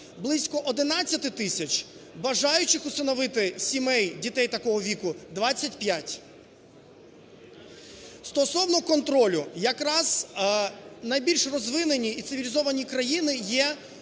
близько 11 тисяч, бажаючих усиновити сімей дітей такого віку - 25. Стосовно контролю. Якраз найбільш розвинені і цивілізовані країни є